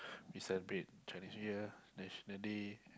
we celebrate Chinese New Year National Day